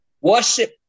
Worship